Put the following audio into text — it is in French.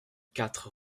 quatre